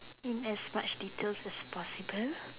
in as much detail as possible